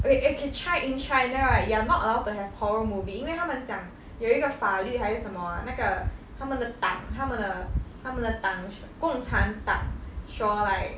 okay okay chi~ in china right you are not allowed to have horror movie 因为他们讲有一个法律还是什么啊那个他们的党他们的他们的党 sh~ 共产党说 like